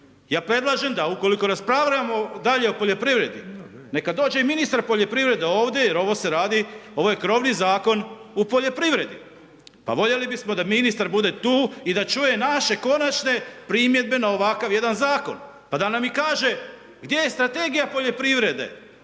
Ja predlažem da ukoliko raspravljamo o poljoprivredi neka dođe i ministar poljoprivrede ovdje jer ovo se radi, ovo je krovni zakon u poljoprivredi. Pa voljeli bismo da ministar bude tu i da čuje naše konačne primjedbe na ovakav jedan zakon, pa da nam i kaže gdje je strategija poljoprivrede